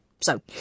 So